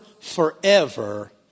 forever